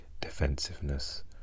defensiveness